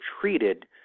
treated